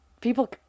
people